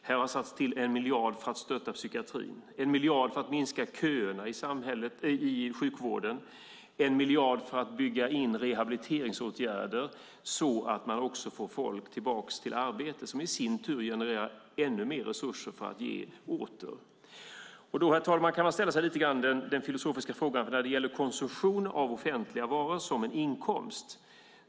Här har satts till 1 miljard för att stötta psykiatrin, 1 miljard för att minska köerna i sjukvården, 1 miljard för att bygga in rehabiliteringsåtgärder så att man får folk tillbaka till arbete, som i sin tur genererar ännu mer resurser att ge åter. Då, herr talman, kan man ställa sig en filosofisk fråga när det gäller konsumtion av offentliga varor som en inkomst.